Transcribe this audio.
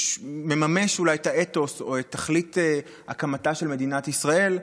מממש אולי את האתוס או את תכלית הקמתה של מדינת ישראל.